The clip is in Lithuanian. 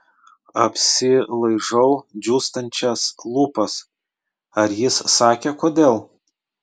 apsilaižau džiūstančias lūpas ar jis sakė kodėl